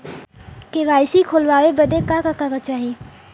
KYC खोलवावे बदे का का कागज चाही?